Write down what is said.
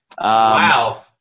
Wow